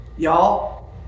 Y'all